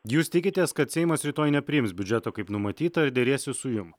jūs tikitės kad seimas rytoj nepriims biudžeto kaip numatyta ir derėsis su jum